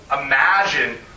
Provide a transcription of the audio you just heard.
imagine